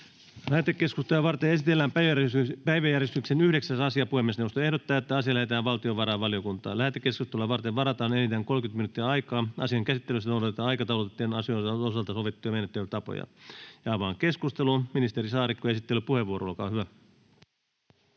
Lähetekeskustelua varten esitellään päiväjärjestyksen 25. asia. Puhemiesneuvosto ehdottaa, että asia lähetetään valtiovarainvaliokuntaan. Lähetekeskustelua varten varataan enintään 30 minuuttia. Asian käsittelyssä noudatetaan aikataulutettujen asioiden osalta sovittuja menettelytapoja. — Avaan keskustelun. Edustaja Sarkomaa, esittelypuheenvuoro, olkaa hyvä.